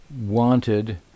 wanted